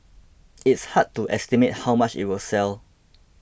it's hard to estimate how much it will sell